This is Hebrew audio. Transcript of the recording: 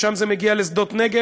משם זה מגיע לשדות-נגב,